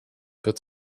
put